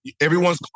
Everyone's